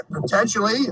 potentially